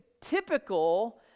typical